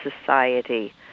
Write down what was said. society